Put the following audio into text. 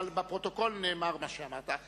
אבל בפרוטוקול נאמר מה שאמרת.